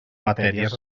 matèries